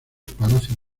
palacio